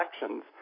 elections